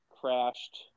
crashed